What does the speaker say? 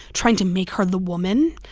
trying to make her the woman.